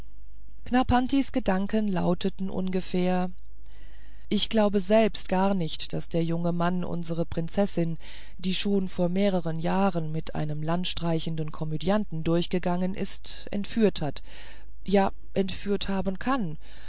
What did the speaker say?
knarrpantis gedanken lauteten ungefähr ich glaube selbst gar nicht daß der junge mann unsre prinzessin die schon vor mehreren jahren mit einem landstreicherischen komödianten durchgegangen ist entführt hat ja entführt haben kann